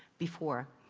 before.